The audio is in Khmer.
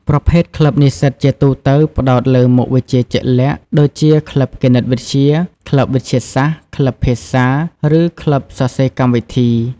ប្រភេទក្លឹបនិស្សិតជាទូទៅ ផ្តោតលើមុខវិជ្ជាជាក់លាក់ ដូចជា ក្លឹបគណិតវិទ្យា ក្លឹបវិទ្យាសាស្ត្រ ក្លឹបភាសា ឬក្លឹបសរសេរកម្មវិធី។